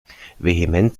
vehement